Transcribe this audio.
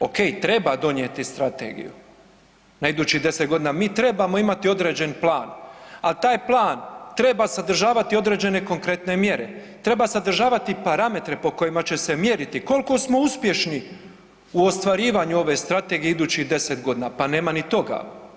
Ok, treba donijeti strategiju na idućih deset godina, mi trebamo imati određen plan, ali taj plan treba sadržavati određene konkretne mjere, treba sadržavati parametre po kojima će se mjeriti koliko smo uspješni u ostvarivanju ove strategije idućih deset godina, pa nema ni toga.